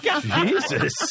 Jesus